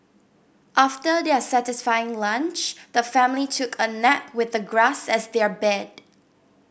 after their satisfying lunch the family took a nap with the grass as their bed